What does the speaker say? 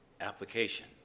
Application